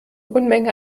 unmenge